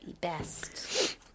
best